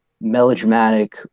melodramatic